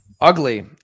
ugly